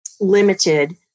limited